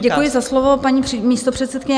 Děkuji za slovo, paní místopředsedkyně.